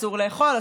ואסור לאכול,